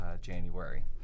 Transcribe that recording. January